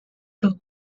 took